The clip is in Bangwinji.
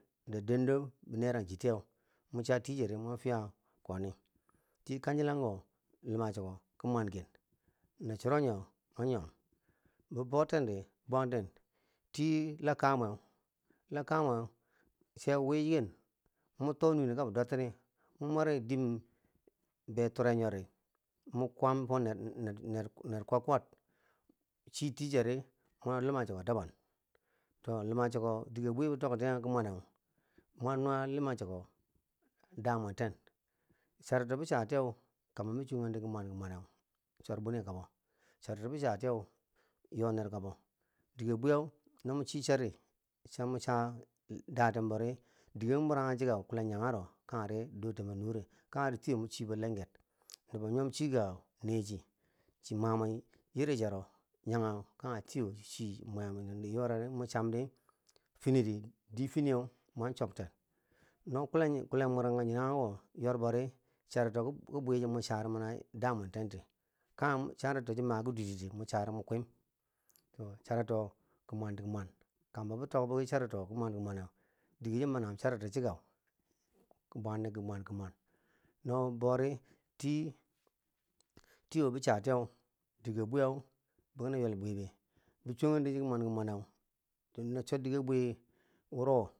Ni dendo bi neranchi tiyeu, mwan cha ti cheri mwo fiye koni, ti kanchi lanko luma cheko ki mwen ken, na chir nyeu nyo mwan nyimam, no boten di ti laka mwe, laka mwe cheu wi ken, mun to nuriri kabi duwar tine mwan mweri din bei ture nyori mwan kuwan fo ner ner ner ner kwankawa chi ticheri luma cheko dabang, to luma cheko dike bwi bi toktiye ki wmanne mwo nuwa luma chiko da mwen ten, charito bi chatiyeu, kambo bi chunkanti ki mwan ki, mwameu chor bwini kabo charito ti chatiyeu yo ner kabo, de bwiyeu, no mwan cho chari cham mun cha, date bo ri di ge mun muragi chike kageri kulen yagero kage dotenbo nure kageri tiyo mun chibo lenger nubo yom chi kag nechi chi mamwen yiri chero yage kage tiyo shi mur mwen yorari mun cham di definiye mwan chok ten no kullen mweranga kyagego yorbo di charito ki bwi so no mun cha ri mana damwen ti kage charito chi ma ki zutiche mun cha ri mun kwim to charito ki bwan ki bwan kam bo bi tok biki charito ki mwan kibwan ne dike chi managim charito ti chikeu ki mwen di ki mwan di ki mwan no bori ti ti yo bi chatiye dike buyew bona ywel bubeh bi chongang chiti ki mwan ki mwan kino swor dike bwi wuro